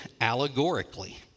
allegorically